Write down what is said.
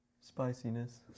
Spiciness